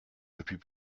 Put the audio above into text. depuis